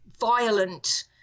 violent